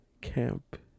camp